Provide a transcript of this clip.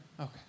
Okay